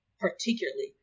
particularly